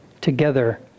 together